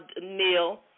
Neil